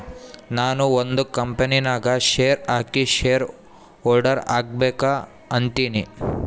ನಾನು ಒಂದ್ ಕಂಪನಿ ನಾಗ್ ಶೇರ್ ಹಾಕಿ ಶೇರ್ ಹೋಲ್ಡರ್ ಆಗ್ಬೇಕ ಅಂತೀನಿ